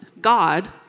God